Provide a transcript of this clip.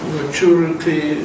maturity